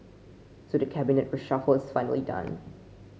so the cabinet reshuffle is finally done